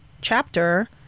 chapter